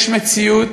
יש מציאות,